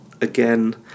again